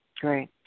Great